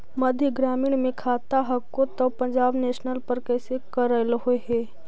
मध्य ग्रामीण मे खाता हको तौ पंजाब नेशनल पर कैसे करैलहो हे?